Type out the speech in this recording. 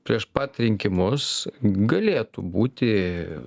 prieš pat rinkimus galėtų būti